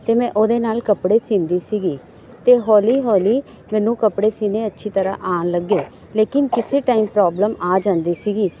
ਅਤੇ ਮੈਂ ਉਹਦੇ ਨਾਲ ਕੱਪੜੇ ਸੀਂਦੀ ਸੀਗੀ ਅਤੇ ਹੌਲੀ ਹੌਲੀ ਮੈਨੂੰ ਕੱਪੜੇ ਸੀਨੇ ਅੱਛੀ ਤਰ੍ਹਾਂ ਆਉਣ ਲੱਗੇ ਲੇਕਿਨ ਕਿਸੇ ਟਾਈਮ ਪ੍ਰੋਬਲਮ ਆ ਜਾਂਦੀ ਸੀਗੀ